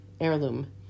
heirloom